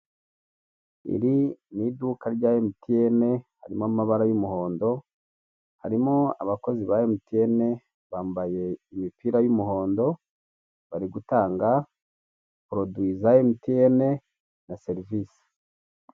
Iri mu iduka rya MTN, harimo amabara y'umuhondo, harimo abakozi ba MTN bambaye imipira y'umuhondo bari gutanga produit za MTN na service.